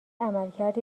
عملکرد